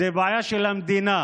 זו בעיה של המדינה,